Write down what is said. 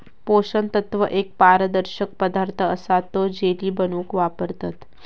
पोषण तत्व एक पारदर्शक पदार्थ असा तो जेली बनवूक वापरतत